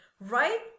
right